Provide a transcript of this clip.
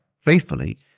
faithfully